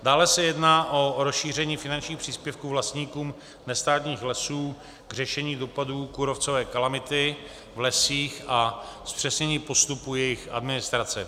Dále se jedná o rozšíření finančních příspěvků vlastníkům nestátních lesů k řešení dopadů kůrovcové kalamity v lesích a zpřesnění postupu jejich administrace.